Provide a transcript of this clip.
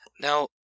Now